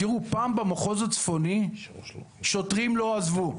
תראו, פעם במחוז הצפוני שוטרים לא עזבו.